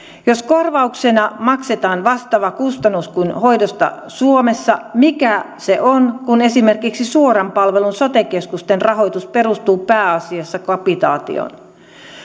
jos korvauksena maksetaan vastaava kustannus kuin hoidosta suomessa mikä se on kun esimerkiksi suoran palvelun sote keskusten rahoitus perustuu pääasiassa kapitaatioon